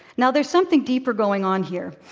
now, there's something deeper going on here.